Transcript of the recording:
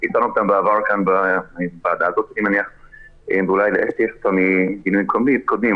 הצגנו אותם בעבר כאן בוועדה הזאת ואולי לאסתי יש אותם מדיונים קודמים.